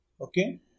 Okay